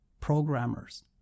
programmers